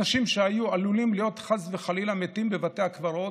אנשים שהיו עלולים להיות חס וחלילה מתים בבתי הקברות,